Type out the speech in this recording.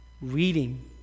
reading